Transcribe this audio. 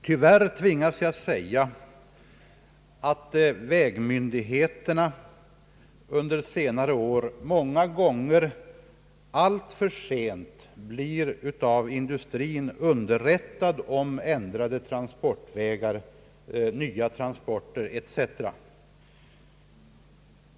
Tyvärr tvingas jag säga att vägmyndigheterna under senare år många gånger blivit alltför sent underrättade av industrin om ändrade transportvägar, nya transporter etc.